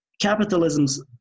Capitalism's